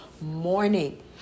morning